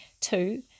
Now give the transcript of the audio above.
two